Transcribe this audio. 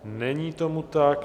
Není tomu tak.